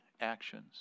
actions